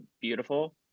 beautiful